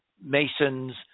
masons